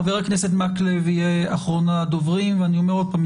חבר הכנסת מקלב יהיה אחרון הדוברים ואני אומר עוד פעם,